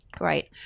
right